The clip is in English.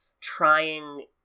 trying